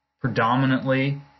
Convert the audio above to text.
predominantly